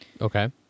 Okay